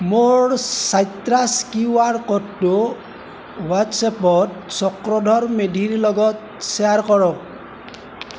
মোৰ citrus Q R ক'ডটো হোৱাট্ছএপত চক্ৰধৰ মেধিৰ লগত শ্বেয়াৰ কৰক